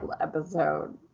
episode